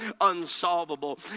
unsolvable